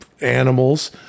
animals